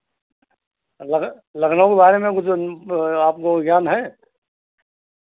लख लखनऊ के बारे में कुछ आपको ज्ञान है